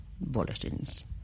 bulletins